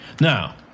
Now